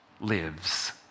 lives